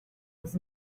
was